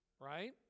right